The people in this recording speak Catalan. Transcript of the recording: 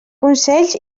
consells